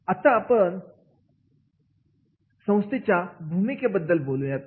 आता पण या संस्थेच्या भूमिकेबद्दल बोलूयात